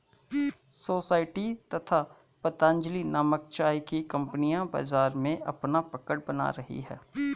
society तथा पतंजलि नामक चाय की कंपनियां बाजार में अपना पकड़ बना रही है